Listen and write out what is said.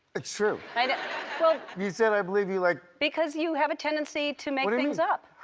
it's true. and so you said i believe you like because you have a tendency to make things up.